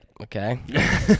okay